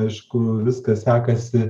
aišku viskas sekasi